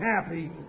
happy